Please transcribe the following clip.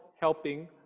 helping